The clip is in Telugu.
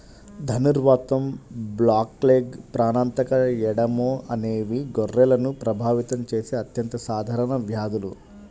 ధనుర్వాతం, బ్లాక్లెగ్, ప్రాణాంతక ఎడెమా అనేవి గొర్రెలను ప్రభావితం చేసే అత్యంత సాధారణ వ్యాధులు